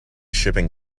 shipping